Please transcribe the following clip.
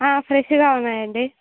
ఫ్రెష్గా ఉన్నాయండి